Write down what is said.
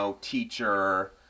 teacher